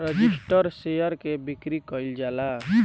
registered share के बिक्री कईल जाला